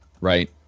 right